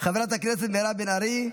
חברת הכנסת מירב בן ארי,